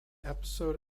episode